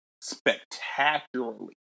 spectacularly